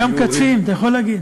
גם קצין, אתה יכול להגיד.